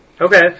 Okay